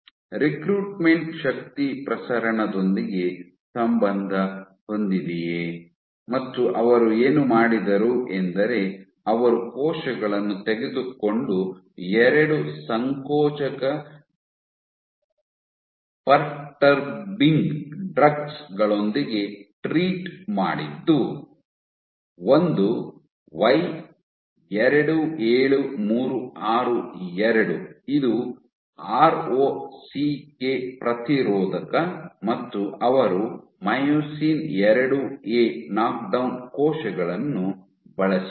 recruitment ಶಕ್ತಿ ಪ್ರಸರಣದೊಂದಿಗೆ ಸಂಬಂಧ ಹೊಂದಿದೆಯೆ ಮತ್ತು ಅವರು ಏನು ಮಾಡಿದರು ಎಂದರೆ ಅವರು ಕೋಶಗಳನ್ನು ತೆಗೆದುಕೊಂಡು ಎರಡು ಸಂಕೋಚಕ ಫರ್ಟರ್ಬಿನ್ಗ್ ಡ್ರಗ್ಸ್ ಗಳೊಂದಿಗೆ ಟ್ರೀಟ್ ಮಾಡಿದ್ದು ಒಂದು Y27362 ಇದು ಆರ್ ಓ ಸಿ ಕೆ ಪ್ರತಿರೋಧಕ ಮತ್ತು ಅವರು ಮೈಯೋಸಿನ್ IIA ನಾಕ್ಡೌನ್ ಕೋಶಗಳನ್ನು ಬಳಸಿದರು